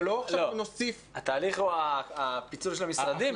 ולא נוסיף --- התהליך הוא הפיצול של המשרדים,